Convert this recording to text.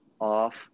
off